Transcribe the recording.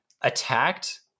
attacked